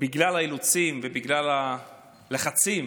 בגלל האילוצים ובגלל הלחצים